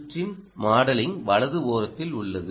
சுற்றின் மாடலிங் வலது ஓரத்தில் உள்ளது